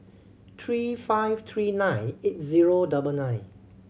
three five three nine eight zero double nine